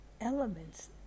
elements